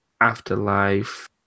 Afterlife